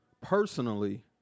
personally